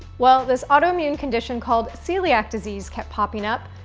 well, this autoimmune condition called celiac disease kept popping up,